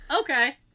Okay